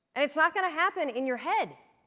it's not going to happen in your head.